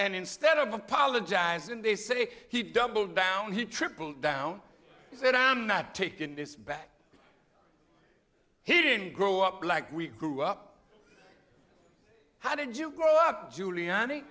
and instead of apologizing they say he doubled down he tripled down he said i'm not taking this back he didn't grow up like we grew up how did you grow up giuliani